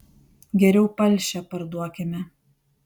geriau palšę parduokime